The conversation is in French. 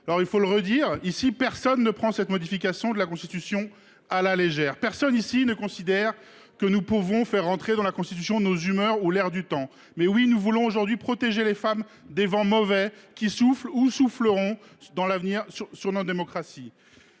Il faut le redire : ici, personne ne prend à la légère cette modification de la Constitution. Personne ici ne considère que nous pouvons faire entrer dans la Constitution nos humeurs ou l’air du temps. En revanche, oui, nous voulons aujourd’hui protéger les femmes des vents mauvais qui soufflent ou souffleront à l’avenir sur notre démocratie.